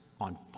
on